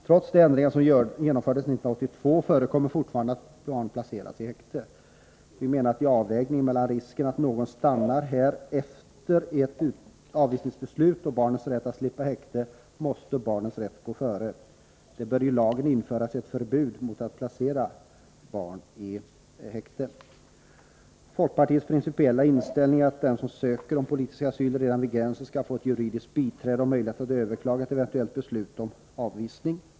Trots de ändringar som genomfördes 1982 förekommer fortfarande att barn placeras i häkte. Vi menar att i avvägningen mellan risken att någon stannar här efter ett avvisningsbeslut och barnens rätt att slippa häkte måste barnens rätt gå före. Det bör i lagen införas ett förbud mot att placera barn i häkte. Folkpartiets principiella inställning är att den som ansöker om politisk asyl redan vid gränsen skall kunna få juridiskt biträde och möjlighet att överklaga ett eventuellt beslut om avvisning.